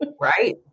Right